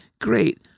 great